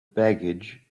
baggage